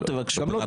תבקשו.